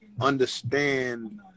understand